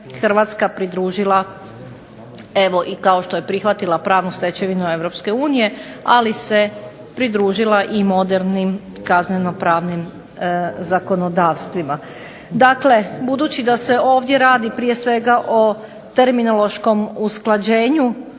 Hrvatska pridružila evo i kao što je prihvatila pravnu stečevinu Europske unije, ali se pridružila i modernim kazneno-pravnim zakonodavstvima. Dakle, budući da se ovdje radi prije svega o terminološkom usklađenju,